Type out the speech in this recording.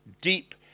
deep